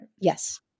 Yes